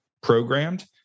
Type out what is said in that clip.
programmed